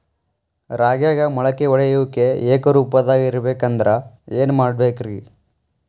ರಾಗ್ಯಾಗ ಮೊಳಕೆ ಒಡೆಯುವಿಕೆ ಏಕರೂಪದಾಗ ಇರಬೇಕ ಅಂದ್ರ ಏನು ಮಾಡಬೇಕ್ರಿ?